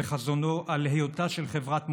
ועל חזונו על היותה של חברת מופת.